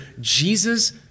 Jesus